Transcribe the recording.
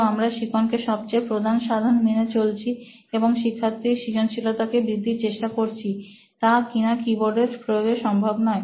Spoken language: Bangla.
তো আমরা শিখন কে সবচেয়ে প্রধান সাধন মেনে চলছি এবং শিক্ষার্থীর সৃজনশীলতাকে বৃদ্ধির চেষ্টা করছি তা কিনা কিবোর্ডের প্রয়োগের সম্ভব নয়